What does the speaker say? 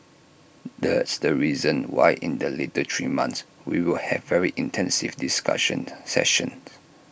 that's the reason why in the later three months we will have very intensive discussion sessions